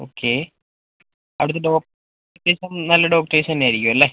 okay അവിടുത്തെ ഡോക്ടേഴ്സും നല്ല ഡോക്ടേഴ്സ് തന്നെ ആയിരിക്കും അല്ലേ